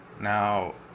Now